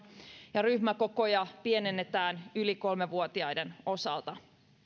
ja ryhmäkokoja pienennetään yli kolme vuotiaiden osalta